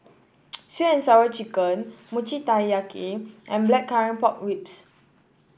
sweet and Sour Chicken Mochi Taiyaki and Blackcurrant Pork Ribs